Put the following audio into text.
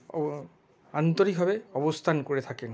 ও আন্তরিকভাবে অবস্থান করে থাকেন